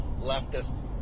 leftist